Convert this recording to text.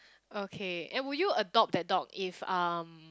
okay and would you adopt that dog if um